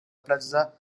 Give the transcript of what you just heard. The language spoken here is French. plaza